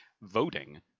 voting